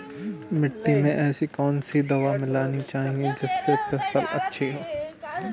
मिट्टी में ऐसी कौन सी दवा मिलाई जानी चाहिए जिससे फसल अच्छी हो?